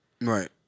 Right